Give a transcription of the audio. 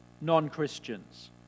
non-Christians